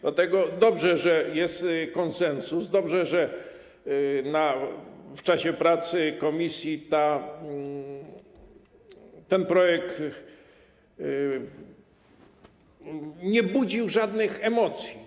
Dlatego dobrze, że jest konsensus, dobrze, że w czasie pracy komisji ten projekt nie budził żadnych emocji.